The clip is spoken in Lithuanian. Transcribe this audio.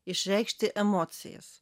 išreikšti emocijas